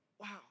wow